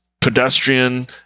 pedestrian